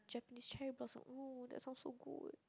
Japanses cherry blosson !woo! that sounds so good